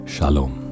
Shalom